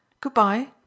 Goodbye